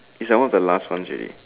it's like one of the last ones already